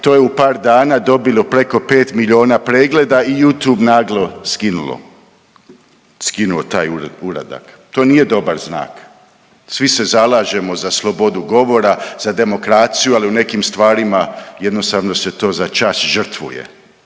To je u par dana dobilo preko 5 miliona pregleda i Youtube naglo skinulo, skinuo taj uradak. To nije dobar znak. Svi se zalažemo za slobodu govora, za demokraciju, ali u nekim stvarima jednostavno se to začas žrtvuje,